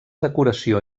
decoració